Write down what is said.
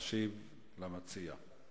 להשיב למציע.